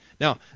Now